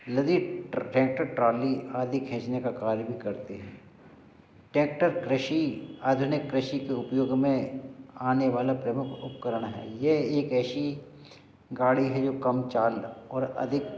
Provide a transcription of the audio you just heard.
लदी tractor trolley आदि खींचने का कार्य भी करती हैं टैक्टर कृषि आधुनिक कृषि के उपयोग में आने वाला प्रमुख उपकरण है यह एक ऐसी गाड़ी है जो कम चाल और अधिक